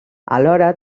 alhora